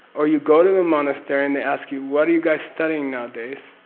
or you go to the monastery and they ask you, what are you guys studying nowadays?